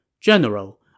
General